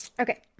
okay